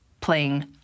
playing